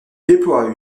déploie